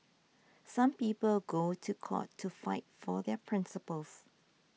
some people go to court to fight for their principles